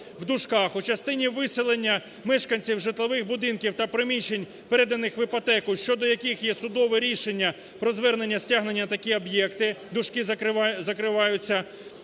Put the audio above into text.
(у частині виселення мешканців житлових будинків та приміщень, переданих в іпотеку, щодо яких є судове рішення про звернення стягнення такі об'єкти) не поширюється